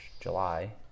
July